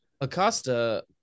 Acosta